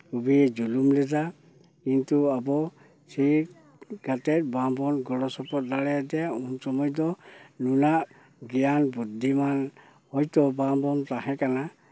ᱠᱷᱩᱵᱮᱭ ᱡᱩᱞᱩᱢ ᱞᱮᱫᱟ ᱠᱤᱱᱛᱩ ᱟᱵᱚ ᱥᱤᱠᱷ ᱠᱟᱛᱮᱫ ᱵᱟᱵᱚᱱ ᱜᱚᱲᱚᱥᱚᱯᱚᱦᱚᱫ ᱫᱟᱲᱮᱭᱟᱫᱮᱭᱟ ᱩᱱᱥᱚᱢᱚᱭ ᱫᱚ ᱱᱚᱣᱟ ᱜᱮᱭᱟ ᱵᱩᱫᱽᱫᱷᱤ ᱢᱟ ᱦᱚᱭᱛᱳ ᱵᱟᱝᱵᱚᱱ ᱛᱟᱦᱮᱸ ᱠᱟᱱᱟ